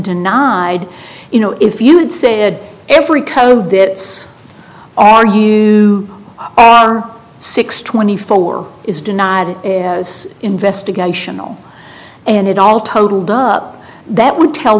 denied you know if you had said every code that are you are six twenty four is denied as investigational and it all totaled up that would tell